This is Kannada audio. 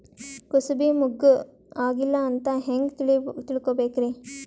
ಕೂಸಬಿ ಮುಗ್ಗ ಆಗಿಲ್ಲಾ ಅಂತ ಹೆಂಗ್ ತಿಳಕೋಬೇಕ್ರಿ?